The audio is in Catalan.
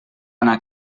anar